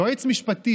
יועץ משפטי,